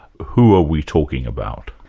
who are we talking about?